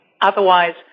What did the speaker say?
Otherwise